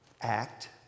act